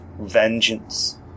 vengeance